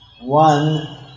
one